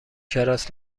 کراس